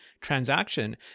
transaction